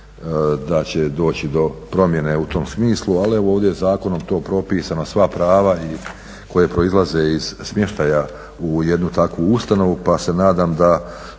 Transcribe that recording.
da će doći do promjene u tom smislu. Ali evo ovdje je zakonom to propisano sva prava koja proizlaze iz smještaja u jednu takvu ustanovu pa se nadam da